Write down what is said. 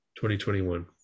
2021